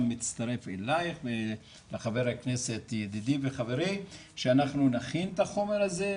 מצטרף אליך ולחבר הכנסת ידידי וחברי שאנחנו נכין את החומר הזה,